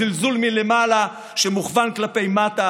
זלזול מלמעלה שמוכוון כלפי מטה.